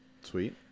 Sweet